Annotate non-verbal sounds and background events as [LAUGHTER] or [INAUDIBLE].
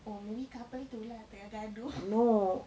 oh maybe couple tu lah tengah gaduh [LAUGHS]